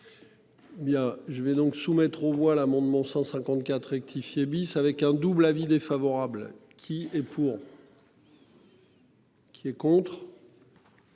Bien je vais donc soumettre aux voix l'amendement 154 rectifié bis avec un double avis défavorable qui est pour. Qui est contre.